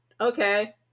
okay